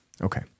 Okay